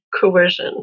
coercion